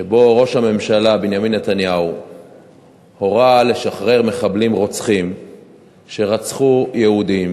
שראש הממשלה בנימין נתניהו הורה לשחרר מחבלים רוצחים שרצחו יהודים,